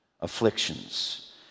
afflictions